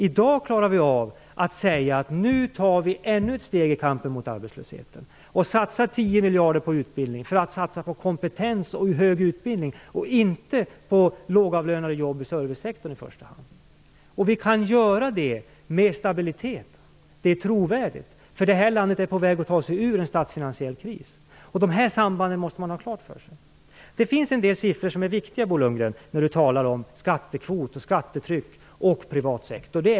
I dag klarar vi av att säga att vi tar ännu ett steg i kampen mot arbetslösheten. Vi satsar tio miljarder kronor på utbildning. Vi satsar på kompetens och på hög utbildning och inte i första hand på lågavlönade jobb i servicesektorn. Vi kan göra detta med stabilitet. Det är trovärdigt, för det här landet är på väg att ta sig ur en statsfinansiell kris. Dessa samband måste man ha klara för sig. Det finns en del siffror som är viktiga när Bo Lundgren talar om skattekvot, skattetryck och privat sektor.